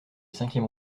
cinquième